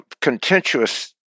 contentious